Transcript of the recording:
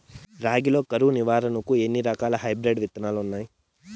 రాగి లో కరువు నివారణకు ఎన్ని రకాల హైబ్రిడ్ విత్తనాలు ఉన్నాయి